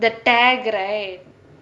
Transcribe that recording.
the tag right